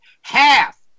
Half